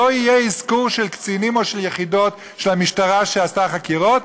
שלא יהיה אזכור של קצינים או של יחידות של המשטרה שעשתה חקירות,